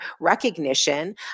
Recognition